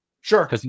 Sure